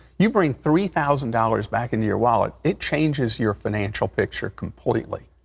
you bring three thousand dollars back into your wallet it changes your financial picture completely.